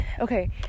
Okay